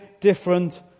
different